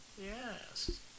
Yes